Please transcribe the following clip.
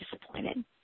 disappointed